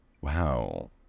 Wow